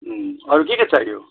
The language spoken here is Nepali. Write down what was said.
अरू के के चाहियो